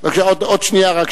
ראשון הדוברים, בבקשה, אדוני.